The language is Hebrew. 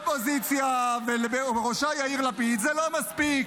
לאופוזיציה ובראשה יאיר לפיד זה לא מספיק.